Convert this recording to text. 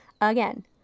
again